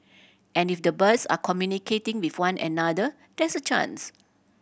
and if the birds are communicating with one another there's a chance